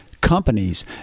companies